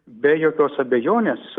be jokios abejonės